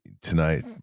tonight